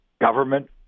government